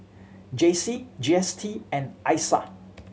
J C G S T and I S A